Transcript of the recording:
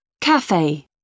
Cafe